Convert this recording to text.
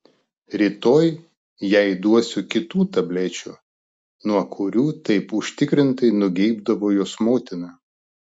rytoj jai duosiu kitų tablečių nuo kurių taip užtikrintai nugeibdavo jos motina